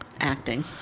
acting